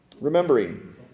Remembering